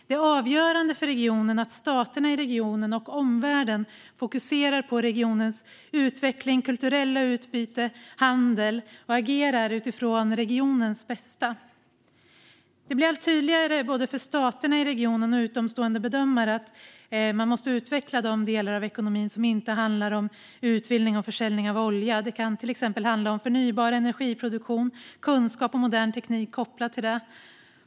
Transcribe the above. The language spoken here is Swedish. Det är avgörande för regionen att staterna i regionen och omvärlden fokuserar på dess utveckling, kulturella utbyte och handel och agerar utifrån regionens bästa. Det blir allt tydligare både för staterna i regionen och för utomstående bedömare att man måste utveckla de delar av ekonomin som inte handlar om utvinning och försäljning av olja. Det kan till exempel handla om förnybar energiproduktion, kunskap och modern teknik kopplat till det.